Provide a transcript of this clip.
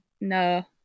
No